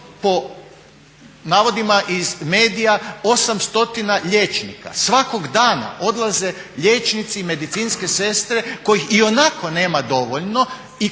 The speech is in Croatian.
po navodima iz medija 8 stotina liječnika, svakog dana odlaze liječnici i medicinske sestre kojih ionako nema dovoljno i to će nedostajati